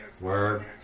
Word